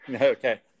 Okay